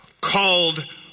called